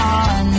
on